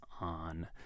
on